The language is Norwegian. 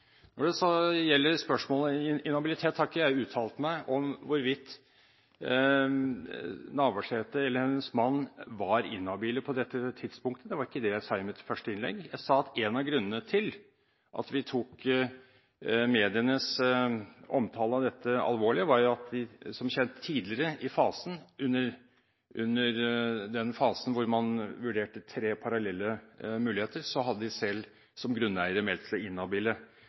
Når det så gjelder spørsmålet om inhabilitet, har jeg ikke uttalt meg om hvorvidt Navarsete eller hennes mann var inhabile på dette tidspunktet. Det var ikke det jeg sa i mitt første innlegg. Jeg sa at én av grunnene til at vi tok medienes omtale av dette alvorlig, var at de, som kjent, tidligere i fasen, hvor man parallelt vurderte tre muligheter, som grunneiere hadde meldt seg